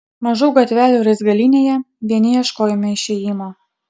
mažų gatvelių raizgalynėje vieni ieškojome išėjimo